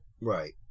right